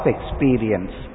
Experience